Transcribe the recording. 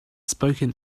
spoken